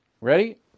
Ready